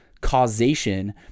causation